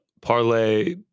parlay